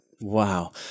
Wow